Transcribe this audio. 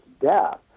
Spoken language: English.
death